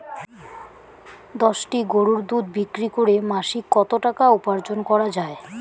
দশটি গরুর দুধ বিক্রি করে মাসিক কত টাকা উপার্জন করা য়ায়?